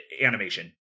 animation